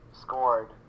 Scored